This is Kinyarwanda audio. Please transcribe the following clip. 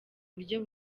buryo